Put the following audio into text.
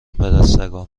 پدسگا